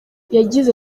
yagize